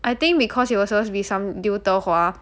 I think because it was supposed to be some 刘德华